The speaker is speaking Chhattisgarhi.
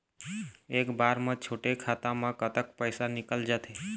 एक बार म छोटे खाता म कतक पैसा निकल जाथे?